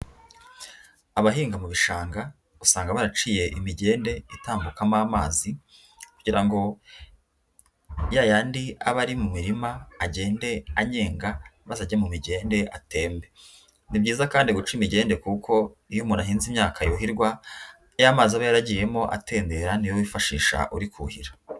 Abahinga mu bishanga usanga baraciye imigende itambukamo amazi, kugira ngo ya yandi aba ari mu mirima agende anyega, maze ajye mu migende atembe, ni byiza kandi guca imigende kuko iyo umuntu ahinze imyaka yuhirwa ya mazi aba yaragiyemo atendera niyo wifashisha uri kuhira.